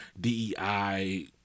DEI